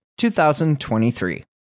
2023